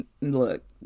Look